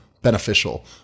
beneficial